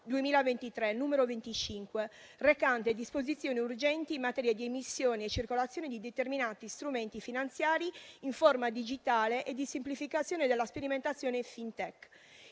2023, n. 25, recante disposizioni urgenti in materia di emissioni e circolazione di determinati strumenti finanziari in forma digitale e di semplificazione della sperimentazione FinTech.